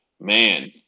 man